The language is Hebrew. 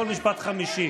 כל משפט חמישי.